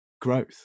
growth